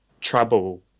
trouble